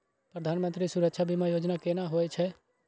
प्रधानमंत्री सुरक्षा बीमा योजना केना होय छै?